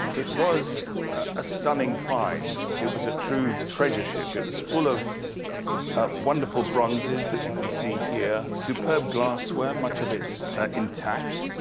it was a stunning find. it was a true treasure ship. it was full of wonderful bronzes that you can see here. superb glassware, much of it ah intact.